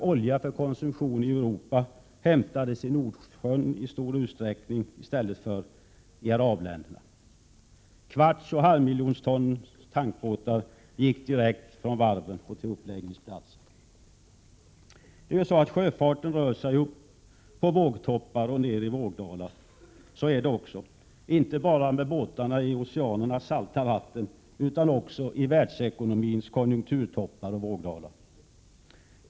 Olja för konsumtion i Europa hämtades i stor utsträckning i Nordsjön i stället för i arabländerna. Kvartsoch halvmiljontonnare fick gå direkt från varven till uppläggningsplatser. Sjöfarten rör sig upp på vågtoppar och ned i vågdalar. Så är det inte bara med båtarna i oceanernas salta vatten utan också i världsekonomin med dess konjunkturtoppar och vågdalar.